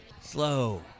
Slow